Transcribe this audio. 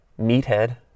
Meathead